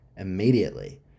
immediately